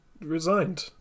resigned